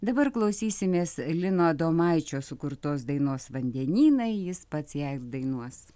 dabar klausysimės lino adomaičio sukurtos dainos vandenynai jis pats ją dainuos